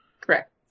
Correct